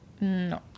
No